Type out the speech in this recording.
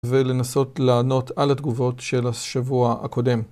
ולנסות לענות על התגובות של השבוע הקודם.